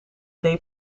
day